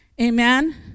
amen